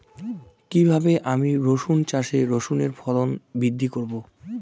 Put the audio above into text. কীভাবে আমি রসুন চাষে রসুনের ফলন বৃদ্ধি করব?